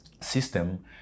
system